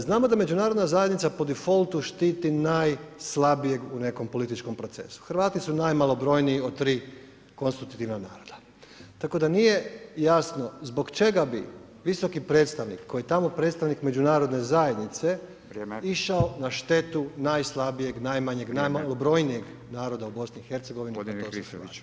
Znamo da međunarodna zajednica po default štiti najslabijeg u nekom političkom procesu, Hrvati su najmalobrojniji od tri konstruktivna naroda, tako da nije jasno zbog čega bi visoki predstavnik koji tamo je tamo predstavnik međunarodne zajednice išao na štetu najslabijeg, najmanjeg, najmalobrojnijeg naroda u BiH, a to su Hrvati?